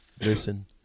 listen